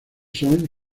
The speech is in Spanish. son